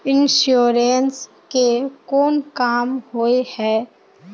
Insurance के कोन काम होय है?